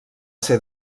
ser